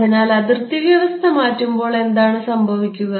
അതിനാൽ അതിർത്തി വ്യവസ്ഥ മാറ്റുമ്പോൾ എന്താണ് സംഭവിക്കുക